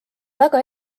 väga